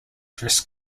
dress